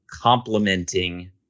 complementing